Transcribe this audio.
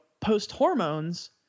post-hormones